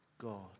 God